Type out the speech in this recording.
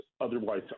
otherwise